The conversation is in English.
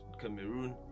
Cameroon